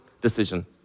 decision